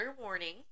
warning